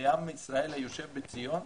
לעם ישראל היושב בציון,